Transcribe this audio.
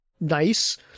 nice